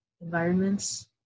environments